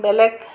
বেলেগ